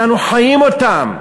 אנחנו חיים אותן.